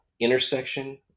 intersection